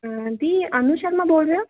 ਦੀ ਅਨੂ ਸ਼ਰਮਾ ਬੋਲ ਰਹੇ ਹੋ